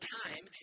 time